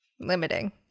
Limiting